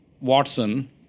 Watson